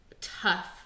Tough